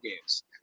games